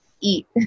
eat